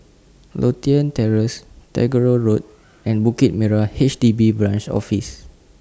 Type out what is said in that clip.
Lothian Terrace Tagore Road and Bukit Merah H D B Branch Office